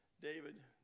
David